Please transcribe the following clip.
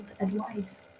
advice